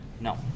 no